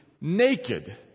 naked